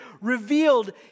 revealed